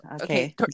Okay